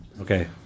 Okay